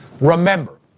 remember